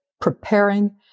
preparing